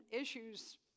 issues